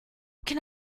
can